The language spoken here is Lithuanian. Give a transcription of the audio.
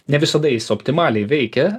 ne visada jis optimaliai veikia